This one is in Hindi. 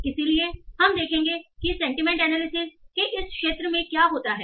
इसलिए हम देखेंगे कि सेंटीमेंट एनालिसिस के इस क्षेत्र में क्या होता है